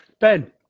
ben